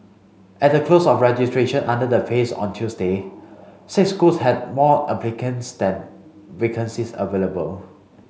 at the close of registration under the phase on Tuesday six schools had more applicants than vacancies available